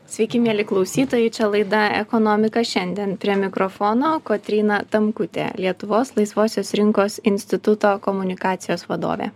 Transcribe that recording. sveiki mieli klausytojai čia laida ekonomika šiandien prie mikrofono kotryna tamkutė lietuvos laisvosios rinkos instituto komunikacijos vadovė